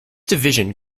division